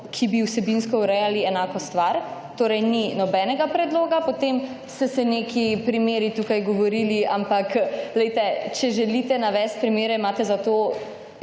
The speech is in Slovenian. ki bi vsebinsko urejali enako stvar. Torej ni nobenega predloga. Potem so se neki primeri tukaj govorili, ampak glejte, če želite navesti primere imate zato